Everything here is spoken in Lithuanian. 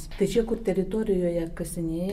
tai čia kur teritorijoje kasinė